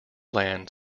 land